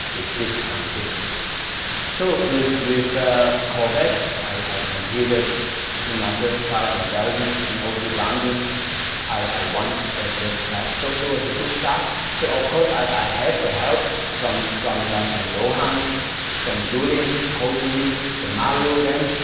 eclipse van de duvetorre so with with covet i competed in my first trial in belgium in o c vlaenderen i won their first trial, so it was a good start but of course i had the help from from johan from julien coaching me, from mario then,